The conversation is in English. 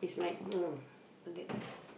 is like no that